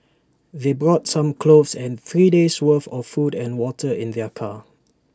they brought some clothes and three days' worth of food and water in their car